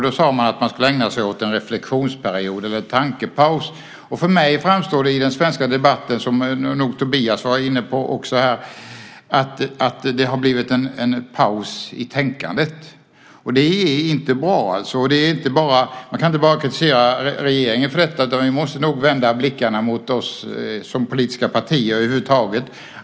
Då sade man att man skulle ägna sig åt en reflexionsperiod eller tankepaus. För mig framstår det i den svenska debatten som om det har blivit en paus i tänkandet. Tobias var ju också inne på detta. Det är inte bra. Man kan inte bara kritisera regeringen för detta, utan vi måste nog vända blickarna mot oss som politiska partier över huvud taget.